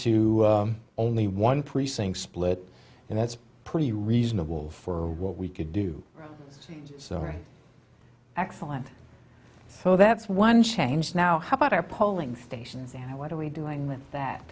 to only one precinct split and that's pretty reasonable for what we could do so excellent so that's one change now how about our polling stations and what are we doing with that